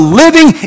living